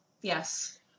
Yes